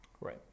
Right